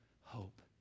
hope